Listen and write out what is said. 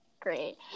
great